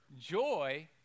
joy